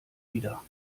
wieder